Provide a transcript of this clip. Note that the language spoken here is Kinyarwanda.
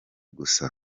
gusa